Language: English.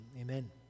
Amen